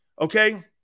Okay